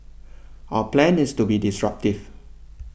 our plan is to be disruptive